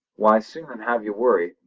why sooner'n have you worried,